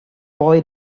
boy